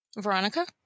Veronica